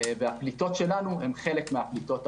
והפליטות שלנו הן חלק מהפליטות העולמיות.